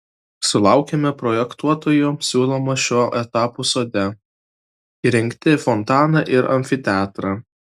sulaukėme projektuotojų siūlymo šiuo etapu sode įrengti fontaną ir amfiteatrą